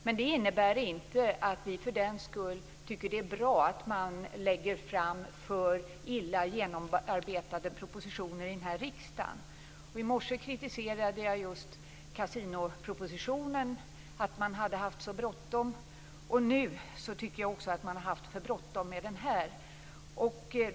Men det innebär inte att vi för den skull tycker att det är bra att man lägger fram för dåligt genomarbetade propositioner i denna riksdag. I morse kritiserade jag att man hade haft så bråttom med kasinopropositionen, och nu vill jag säga att jag tycker att man har haft för bråttom också med denna.